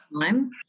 time